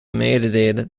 meedelen